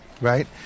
Right